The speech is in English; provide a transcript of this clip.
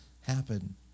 happen